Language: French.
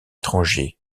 étrangers